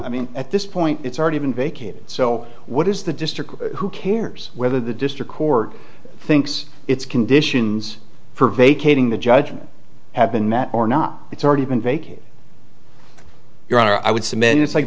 i mean at this point it's already been vacated so what is the district who cares whether the district court thinks it's conditions for vacating the judgment have been met or not it's already been vacated your honor i would submit it's like